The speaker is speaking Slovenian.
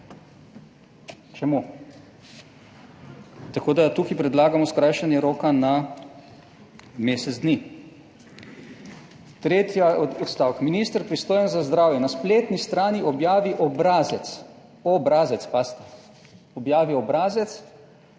Čemu? Tako, da tukaj predlagamo skrajšanje roka na mesec dni. Tretji odstavek. Minister pristojen za zdravje na spletni strani objavi obrazec, obrazec, pazite, objavi obrazec